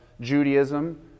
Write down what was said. Judaism